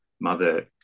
Mother